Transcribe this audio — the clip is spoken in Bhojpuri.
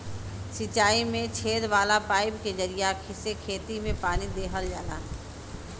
सिंचाई में छेद वाला पाईप के जरिया से खेत में पानी देहल जाला